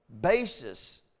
basis